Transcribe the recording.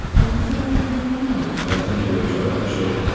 thank you so much for coming on. well thank you rachel i appreciate it